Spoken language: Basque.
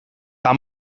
eta